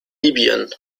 libyen